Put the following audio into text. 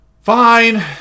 Fine